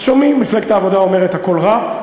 אז שומעים שמפלגת העבודה אומרת: הכול רע.